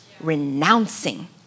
Renouncing